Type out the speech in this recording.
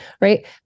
right